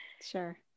sure